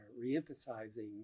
re-emphasizing